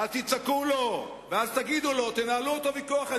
ואז תצעקו לו ותגידו לו ותנהלו אתו ויכוח.